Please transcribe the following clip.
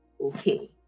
okay